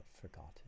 forgotten